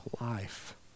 life